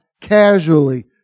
casually